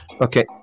Okay